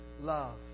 love